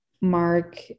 mark